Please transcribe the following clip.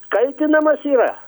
kaitinamas yra